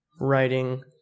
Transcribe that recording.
writing